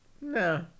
No